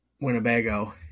Winnebago